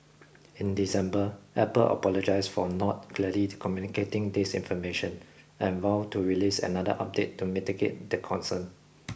in December Apple apologised for not clearly communicating this information and vowed to release another update to mitigate the concern